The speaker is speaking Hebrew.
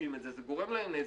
סופגים את זה, זה גורם להם נזק.